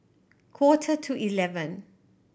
quarter to eleven